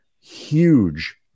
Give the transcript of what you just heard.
huge